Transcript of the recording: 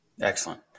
Excellent